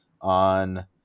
on